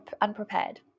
unprepared